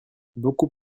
beaucoup